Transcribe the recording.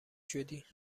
شدی